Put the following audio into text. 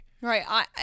Right